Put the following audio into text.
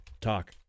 talk